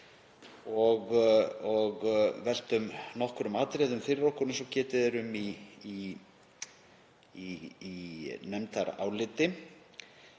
og veltum nokkrum atriðum fyrir okkur eins og getið er um í nefndaráliti.